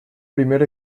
primer